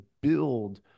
build